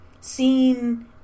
seeing